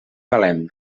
valem